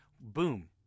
boom